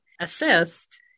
assist